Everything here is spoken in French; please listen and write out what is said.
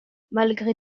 malgré